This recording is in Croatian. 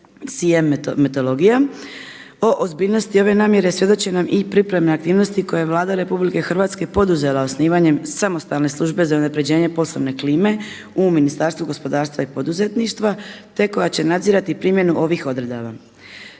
razumije se./… O ozbiljnosti ove namjere svjedoče nam i pripremne aktivnosti koje je Vlada RH poduzela osnivanjem samostalne službe za unapređenje poslovne klime u Ministarstvu gospodarstva i poduzetništva, te koja će nadzirati primjenu ovih odredaba.